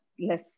less